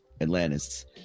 Atlantis